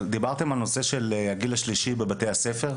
דיברתם על הנושא של הגיל השלישי בבתי הספר?